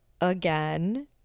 again